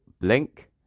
Blink